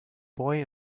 boy